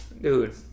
Dude